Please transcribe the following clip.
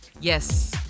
Yes